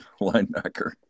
linebacker